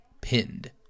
pinned